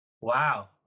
Wow